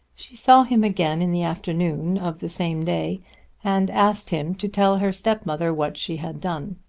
she saw him again in the afternoon of the same day and asked him to tell her stepmother what she had done.